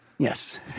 Yes